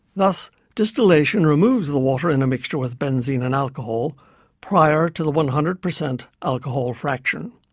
thus distillation removes the water in a mixture with benzene and alcohol prior to the one hundred percent alcohol fraction.